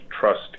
trust